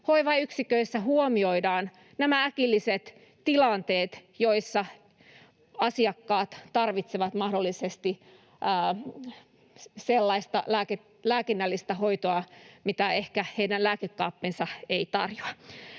hoivayksiköissä huomioidaan nämä äkilliset tilanteet, joissa asiakkaat tarvitsevat mahdollisesti sellaista lääkinnällistä hoitoa, mitä heidän lääkekaappinsa ei ehkä tarjoa.